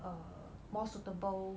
err more suitable